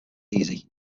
easy